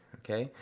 okay.